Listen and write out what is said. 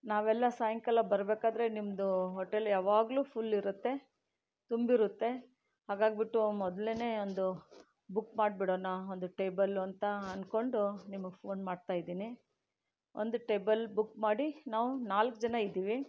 ನಾವೆಲ್ಲ ಸಾಯಂಕಾಲ ಬರ್ಬೇಕಾದರೆ ನಿಮ್ಮದು ಹೋಟೆಲ್ ಯಾವಾಗಲೂ ಫ಼ುಲ್ ಇರುತ್ತೆ ತುಂಬಿರುತ್ತೆ ಹಾಗಾಗ್ಬಿಟ್ಟು ಮೊದಲೇನೆ ಒಂದು ಬುಕ್ ಮಾಡ್ಬಿಡೋಣ ಒಂದು ಟೇಬಲ್ ಅಂತ ಅನ್ಕೊಂಡು ನಿಮಗೆ ಫ಼ೋನ್ ಮಾಡ್ತಾ ಇದ್ದೀನಿ ಒಂದು ಟೇಬಲ್ ಬುಕ್ ಮಾಡಿ ನಾವು ನಾಲ್ಕು ಜನ ಇದ್ದೀವಿ